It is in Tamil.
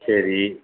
சரி